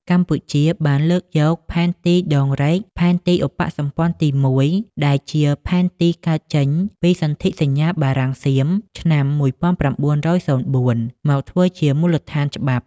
កម្ពុជាបានលើកយក ផែនទីដងរែក (ផែនទីឧបសម្ព័ន្ធទី១) ដែលជាផែនទីកើតចេញពីសន្ធិសញ្ញាបារាំង-សៀម ឆ្នាំ១៩០៤ មកធ្វើជាមូលដ្ឋានច្បាប់។